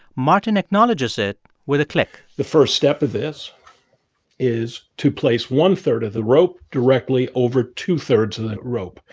martin acknowledges it with a click the first step of this is to place one-third of the rope directly over two-thirds of that rope.